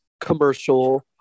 commercial